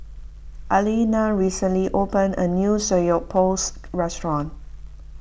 Elena recently opened a new Samgyeopsal restaurant